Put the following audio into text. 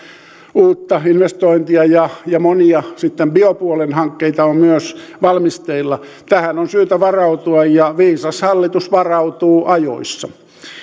uutta investointia ja ja sitten monia biopuolen hankkeita on myös valmisteilla tähän on syytä varautua ja viisas hallitus varautuu ajoissa